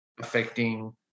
affecting